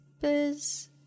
biz